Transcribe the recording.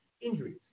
injuries